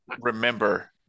remember